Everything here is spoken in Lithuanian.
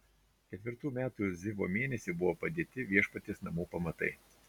ketvirtų metų zivo mėnesį buvo padėti viešpaties namų pamatai